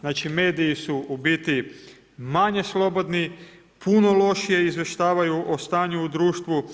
Znači, mediji su u biti manje slobodni, puno lošije izvještavaju o stanju u društvu,